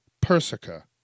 Persica